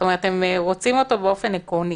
זאת אומרת, הם רוצים אותו באופן עקרוני.